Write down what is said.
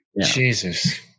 jesus